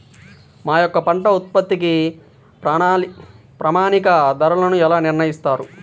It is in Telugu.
మా యొక్క పంట ఉత్పత్తికి ప్రామాణిక ధరలను ఎలా నిర్ణయిస్తారు?